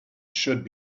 should